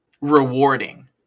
rewarding